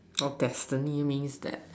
orh destiny means that